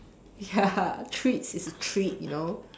ya treats is a treat you know